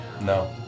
No